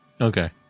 Okay